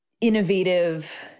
innovative